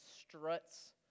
struts